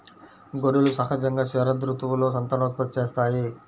గొర్రెలు సహజంగా శరదృతువులో సంతానోత్పత్తి చేస్తాయి